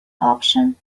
option